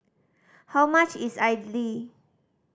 how much is idly